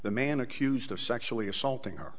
the man accused of sexually assaulting our